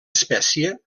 espècie